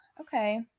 Okay